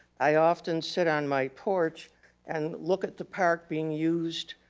i often sit on my porch and look at the park being used